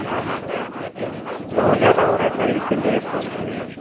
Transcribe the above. हाँ हाँ सर बहुत ज़्यादा हो रहा है सर इसीलिए फोन किए हम